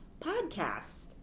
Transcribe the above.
podcast